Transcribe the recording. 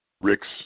Rick's